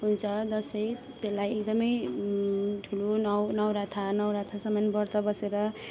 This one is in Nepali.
हुन्छ दसैँ त्यसलाई एकदमै ठुलो नौ नौरथा नौरथासम्म ब्रत बसेर